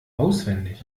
auswendig